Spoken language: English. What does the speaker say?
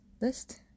list